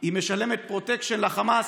היא משלמת פרוטקשן לחמאס,